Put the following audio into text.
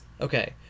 Okay